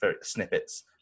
snippets